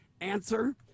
Answer